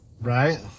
Right